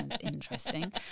interesting